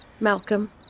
Malcolm